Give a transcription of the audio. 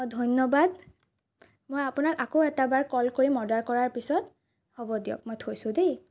ধন্যবাদ মই আপোনাক আকৌ এটা বাৰ কল কৰিম অৰ্ডাৰ কৰাৰ পিছত হ'ব দিয়ক মই থৈছো দেই